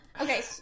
Okay